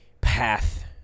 path